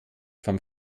vom